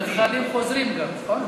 לא נבחנים אלא מבחנים חוזרים גם, נכון?